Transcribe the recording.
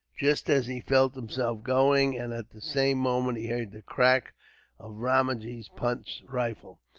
just as he felt himself going and at the same moment he heard the crack of ramajee punt's rifle.